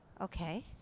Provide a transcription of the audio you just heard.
Okay